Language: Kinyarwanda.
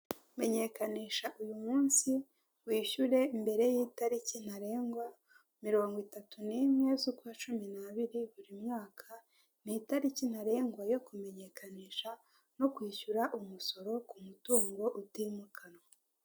Menyekanisha uyu munsi wishyure mbere y'itariki ntarengwa, mirongo itatu n'mwe z'ukwa cumi n'abiri buri mwaka, ni itariki ntarengwa yo kumenyekanisha no kwishyura umusoro ku mutungo utimukanwa.